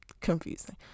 confusing